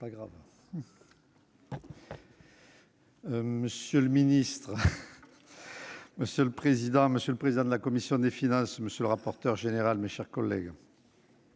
Monsieur le président, monsieur le président de la commission des finances, monsieur le rapporteur général, mesdames, messieurs